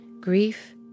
grief